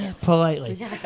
Politely